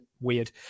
weird